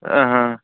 அ ஆ